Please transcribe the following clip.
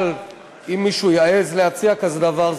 אבל אם מישהו יעז להציע כזה דבר,